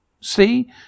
See